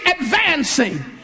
advancing